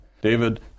David